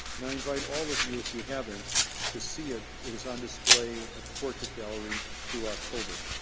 and invite all of you if you haven't to see it. it is on display at the portrait gallery through october.